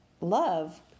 love